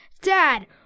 Dad